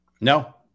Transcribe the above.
No